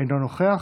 אינו נוכח.